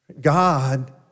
God